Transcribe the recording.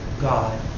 God